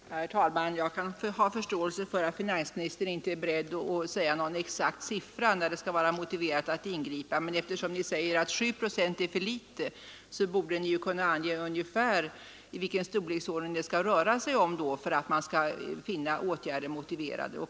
Herr talman! Jag kan ha förståelse för att finansministern inte är beredd att nämna någon exakt siffra där det skall vara motiverat att ingripa, men eftersom Ni säger att 7 procent är för litet borde Ni ju kunna ange ungefär vilken storleksordning det skall röra sig om för att man skall finna åtgärder motiverade.